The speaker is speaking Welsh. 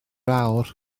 awr